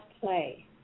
play